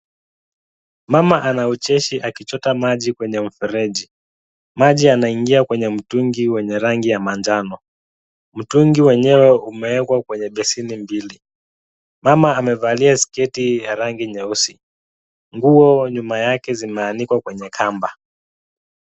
Mama ana ucheshi akichota maji kwenye mfereji. Maji yanaingia kwenye mtungi wenye rangi ya manjano. Mtungi wenyewe umewekwa kwenye besini mbili. Mama amevalia sketi ya rangi nyeusi. Nguo nyuma yake zimeanikwa kwenye kamba.